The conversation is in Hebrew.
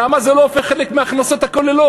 למה זה לא הופך חלק מההכנסות הכוללות?